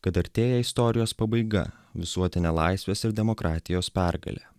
kad artėja istorijos pabaiga visuotinė laisvės ir demokratijos pergalė